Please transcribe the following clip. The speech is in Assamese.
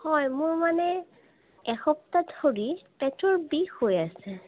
হয় মোৰ মানে এসপ্তাহ ধৰি পেটৰ বিষ হৈ আছে